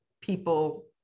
people